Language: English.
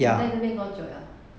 你在这边多久了